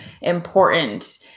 important